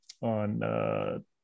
on